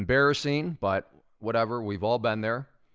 embarrassing, but whatever, we've all been there,